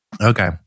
Okay